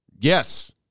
Yes